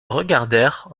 regardèrent